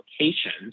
applications